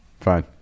Fine